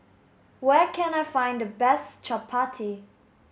where can I find the best Chappati